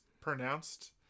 pronounced